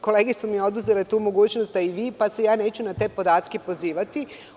Kolege su mi oduzele tu mogućnost, a i vi, pa se neću na te podatke pozivati.